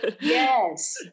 Yes